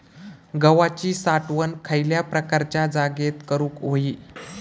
गव्हाची साठवण खयल्या प्रकारच्या जागेत करू होई?